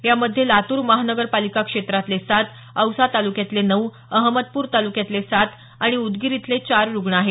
यामध्ये लातूर महानगरपालिका क्षेत्रातले सात औसा तालुक्यातले नऊ अहमदपूर तालुक्यातले सात आणि उदगीर इथले चार रुग्ण आहेत